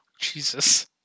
Jesus